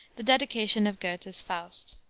the dedication of goethe's faust,